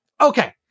Okay